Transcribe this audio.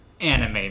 anime